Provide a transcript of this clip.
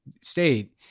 state